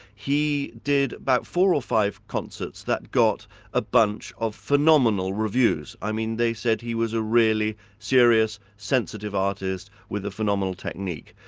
he did about four or five concerts that got a bunch of phenomenal reviews. i mean they said he was a really serious, sensitive artist with a phenomenal technique.